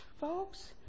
folks